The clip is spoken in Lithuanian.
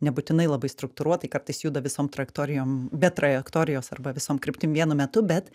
nebūtinai labai struktūruotai kartais juda visom trajektorijom be trajektorijos arba visom kryptim vienu metu bet